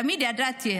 תמיד ידעתי,